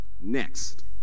Next